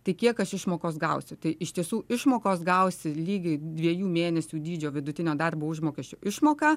tai kiek aš išmokos gausiu tai iš tiesų išmokos gausi lygiai dviejų mėnesių dydžio vidutinio darbo užmokesčio išmoką